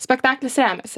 spektaklis remiasi